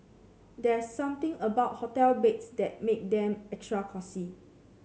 there's something about hotel beds that makes them extra cosy